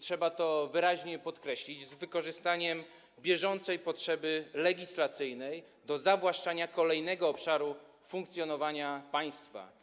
trzeba to wyraźnie podkreślić, z wykorzystaniem bieżącej potrzeby legislacyjnej do zawłaszczenia kolejnego obszaru funkcjonowania państwa.